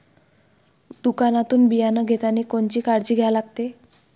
दुकानातून बियानं घेतानी कोनची काळजी घ्या लागते?